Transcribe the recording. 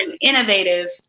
innovative